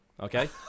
Okay